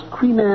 Queen